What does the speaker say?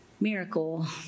miracle